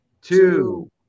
two